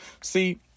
See